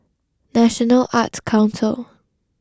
National Arts Council